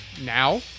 now